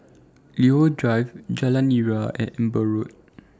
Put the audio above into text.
Leo Drive Jalan Nira and Amber Road